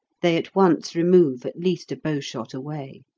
they at once remove at least a bowshot away.